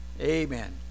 Amen